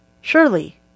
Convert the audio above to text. surely